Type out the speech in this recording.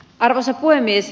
arvoisa puhemies